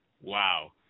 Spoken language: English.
Wow